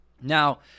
Now